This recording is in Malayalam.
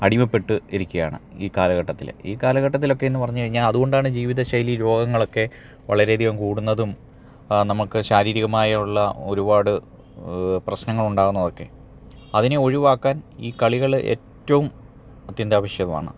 അടിമപ്പെട്ട് ഇരിക്കയാണ് ഈ കാലഘട്ടത്തില് ഈ കാലഘട്ടത്തിലൊക്കെയെന്നു പറഞ്ഞുകഴിഞ്ഞാല് അതുകൊണ്ടാണ് ജീവിതശൈലി രോഗങ്ങളൊക്കെ വളരെയധികം കൂടുന്നതും നമുക്ക് ശാരീരികമായുള്ള ഒരുപാട് പ്രശ്നങ്ങൾ ഉണ്ടാവുന്നതൊക്കെ അതിനെ ഒഴിവാക്കാൻ ഈ കളികള് ഏറ്റവും അത്യന്താപേക്ഷിതമാണ്